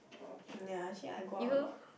Nah actually I go out a lot